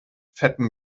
fetten